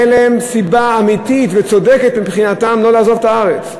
תהיה להם סיבה אמיתית וצודקת מבחינתם לא לעזוב את הארץ.